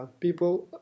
people